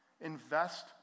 Invest